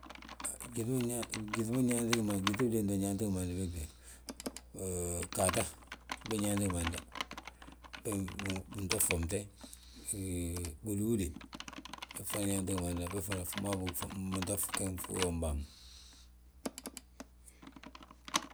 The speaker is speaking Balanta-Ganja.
Gyiŧi ma, gyiŧi bilénti, biyaanti gimandi bégde, ggaata bég nyaanti gimanda bég binto ffomte ngi giwύdiwude bég fana nyaanti binto gegi fii womimbàa ma